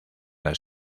las